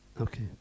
okay